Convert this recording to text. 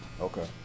Okay